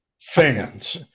fans